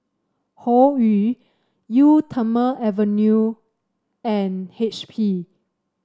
Hoyu Eau Thermale Avene and H P